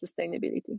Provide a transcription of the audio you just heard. sustainability